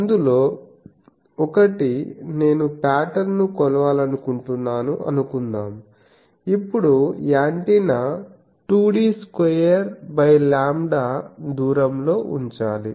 అందులో ఒకటి నేను పాటర్న్ ను కొలవాలనుకుంటున్నాను అనుకుందాం ఇప్పుడు యాంటెన్నా 2d2λ దూరం లో ఉంచాలి